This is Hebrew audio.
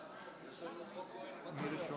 אדוני היושב-ראש,